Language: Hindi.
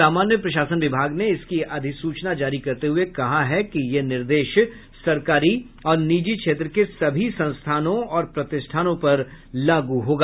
सामान्य प्रशासन विभाग ने इसकी अधिसूचना जारी करते हुए कहा है कि यह निर्देश सरकारी और निजी क्षेत्र के सभी संस्थानों और प्रतिष्ठानों पर लागू होगा